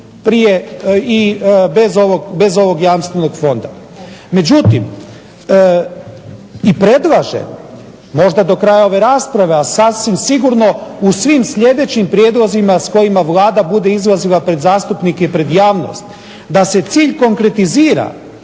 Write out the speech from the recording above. banaka i bez ovog Jamstvenog fonda. Međutim, i predlaže možda do kraja ove rasprave, a sasvim sigurno u svim sljedećim prijedlozima s kojima Vlada bude izlazila pred zastupnike i pred javnost da se cilj konkretizira.